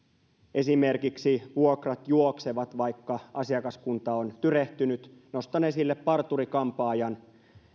esimerkiksi vuokrat juoksevat vaikka asiakaskunta on tyrehtynyt nostan esille parturi kampaajan